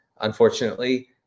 unfortunately